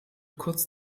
kurz